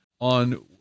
on